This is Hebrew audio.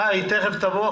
אז היא תוכל להרחיב.